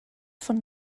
von